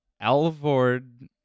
Alvord